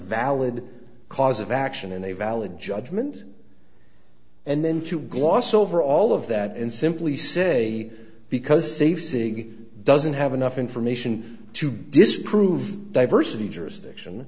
valid cause of action and a valid judgement and then to gloss over all of that and simply say because safe saying it doesn't have enough information to disprove diversity jurisdiction